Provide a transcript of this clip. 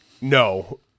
No